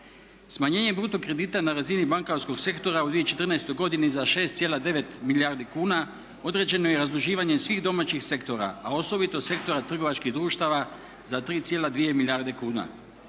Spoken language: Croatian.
Smanjenjem bruto kredita na razini bankarskog sektora u 2014. godini za 6,9 milijardi kuna određeno je razduživanje svih domaćih sektora a osobito sektora trgovačkih društava za 3,2 milijarde kuna.